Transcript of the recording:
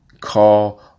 Call